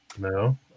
No